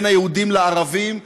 בין היהודים לערבים,